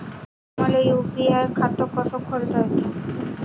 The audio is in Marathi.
मले यू.पी.आय खातं कस खोलता येते?